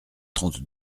trente